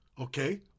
Okay